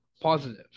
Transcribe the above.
positive